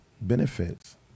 benefits